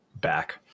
back